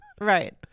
Right